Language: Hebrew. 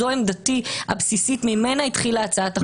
זו עמדתי הבסיסית, שממנה התחילה הצעת החוק.